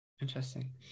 interesting